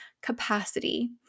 capacity